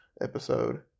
episode